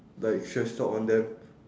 like thrash talk on them